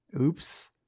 Oops